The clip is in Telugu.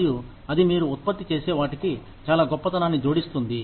మరియు అది మీరు ఉత్పత్తి చేసే వాటికి చాలా గొప్పతనాన్ని జోడిస్తుంది